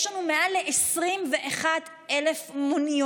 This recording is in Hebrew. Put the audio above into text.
יש לנו מעל ל-21,000 מוניות.